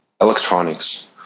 electronics